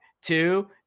two